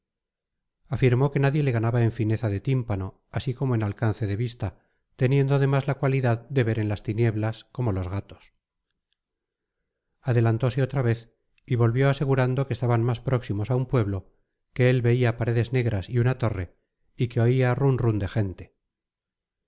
afirmó que nadie le ganaba en fineza de tímpano así como en alcance de vista teniendo además la cualidad de ver en las tinieblas como los gatos adelantose otra vez y volvió asegurando que estaban próximos a un pueblo que él veía paredes negras y una torre y que oía run run de gente